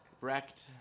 Wrecked